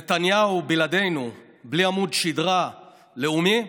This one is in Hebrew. נתניהו בלעדינו, בלי עמוד שדרה לאומי,